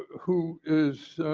who is